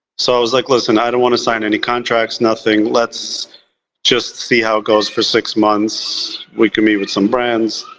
so i was like listen, i don't want to sign any contracts, nothing. let's just see how it goes for six months. we could meet with some brands.